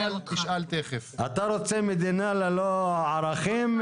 אתה רוצה מדינה ללא ערכים,